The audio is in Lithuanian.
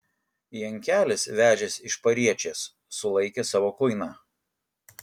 jankelis vežęs iš pariečės sulaikė savo kuiną